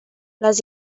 les